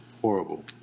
Horrible